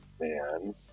man